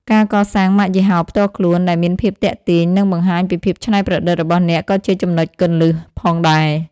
ការកសាងម៉ាកយីហោផ្ទាល់ខ្លួន ដែលមានភាពទាក់ទាញ និងបង្ហាញពីភាពច្នៃប្រឌិតរបស់អ្នកក៏ជាចំណុចគន្លឹះផងដែរ។